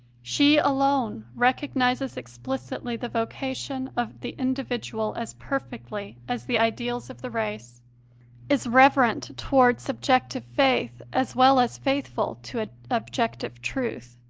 she alone recognizes explicitly the vocation of the individual as perfectly as the ideals of the race is reverent towards subjective faith as well as faithful to objective truth.